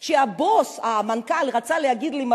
כשהבוס, המנכ"ל רצה להגיד לי מחמאה,